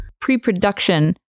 Pre-production